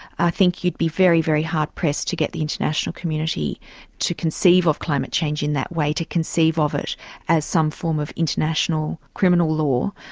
i think you'd be very, very hard pressed to get the international community to conceive of climate change in that way, to conceive of it as some form of international criminal law,